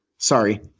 Sorry